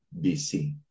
BC